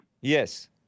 Yes